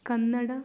Kannada